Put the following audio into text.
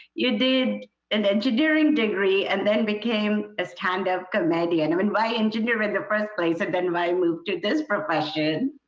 you did an engineering degree and then became a stand-up comedian. i mean why engineer in the first place and then why move to this profession?